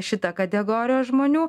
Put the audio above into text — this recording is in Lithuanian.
šita kategorija žmonių